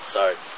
Sorry